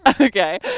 Okay